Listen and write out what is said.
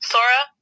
Sora